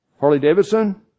Harley-Davidson